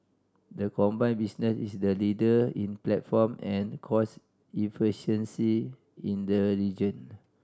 the combined business is the leader in platform and cost efficiency in the region